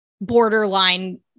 borderline